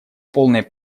полной